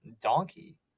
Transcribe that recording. Donkey